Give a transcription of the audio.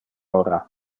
ora